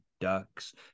Ducks